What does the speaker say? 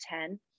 ten